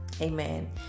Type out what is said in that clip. Amen